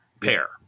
pair